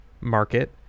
market